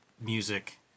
music